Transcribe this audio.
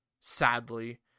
sadly